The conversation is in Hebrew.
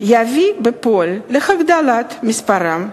יביא בפועל להגדלת מספרם,